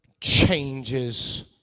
changes